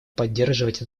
поддерживать